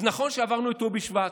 נכון שעברנו את ט"ו בשבט,